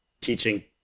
teaching